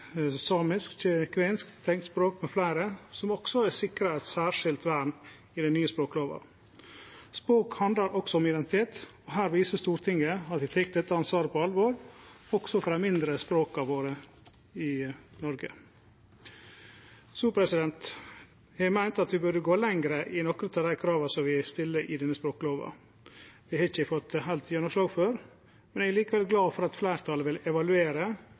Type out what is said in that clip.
er sikra eit særskilt vern i den nye språklova. Språk handlar også om identitet. Her viser Stortinget at dei tek dette ansvaret på alvor, også for dei mindre språka våre i Noreg. Eg meinte vi burde gå lenger i nokre av dei krava vi stiller i denne språklova. Det har eg ikkje fått heilt gjennomslag for, men eg er likevel glad for at fleirtalet vil evaluere